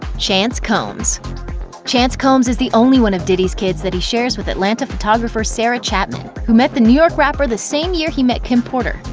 chance combs chance combs is the only one of diddy's kids that he shares with atlanta photographer sarah chapman, who met the new york rapper the same year he met kim porter.